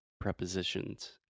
prepositions